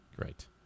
great